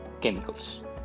chemicals